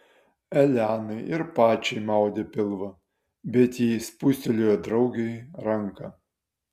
elenai ir pačiai maudė pilvą bet ji spustelėjo draugei ranką